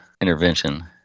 intervention